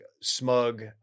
smug